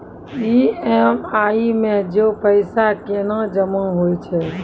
EMI मे जे पैसा केना जमा होय छै?